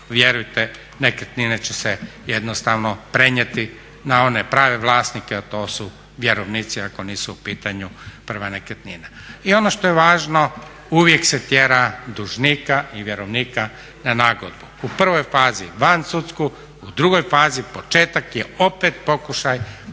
vjerujte nekretnine će se jednostavno prenijeti na one prave vlasnike a to su vjerovnici, ako nisu u pitanju prve nekretnine. I ono što je važno uvijek se tjera dužnika i vjerovnika na nagodbu. U prvoj fazi vansudsku, u drugoj fazi početak je opet pokušaj nagodbe.